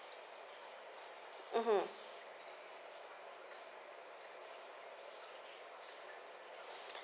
mmhmm